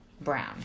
Brown